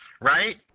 Right